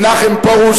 מנחם פרוש,